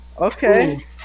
Okay